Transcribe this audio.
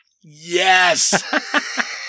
Yes